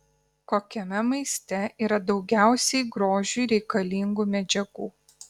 kokiame maiste yra daugiausiai grožiui reikalingų medžiagų